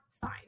fine